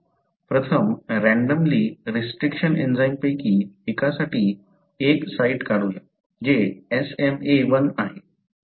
प्रथम randomly restriction एंझाइमपैकी एकासाठी एक साइट काढूया जे SmaI आहे